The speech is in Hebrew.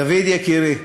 דוד, יקירי.